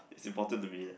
it's important to me